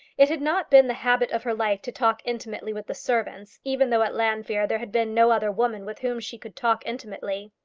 it had not been the habit of her life to talk intimately with the servants, even though at llanfeare there had been no other woman with whom she could talk intimately.